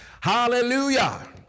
Hallelujah